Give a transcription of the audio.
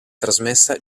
trasmessa